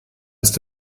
ist